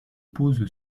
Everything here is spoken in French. pose